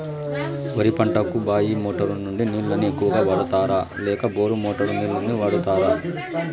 వరి పంటకు బాయి మోటారు నుండి నీళ్ళని ఎక్కువగా వాడుతారా లేక బోరు మోటారు నీళ్ళని వాడుతారా?